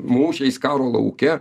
mūšiais karo lauke